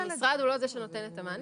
המשרד הוא לא זה שנותן את המענים.